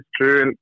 true